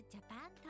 Japan